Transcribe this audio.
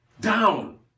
down